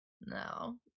no